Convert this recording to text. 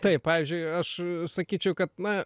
taip pavyzdžiui aš sakyčiau kad na